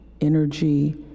energy